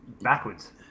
backwards